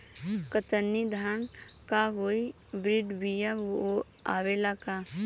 कतरनी धान क hybrid बिया आवेला का?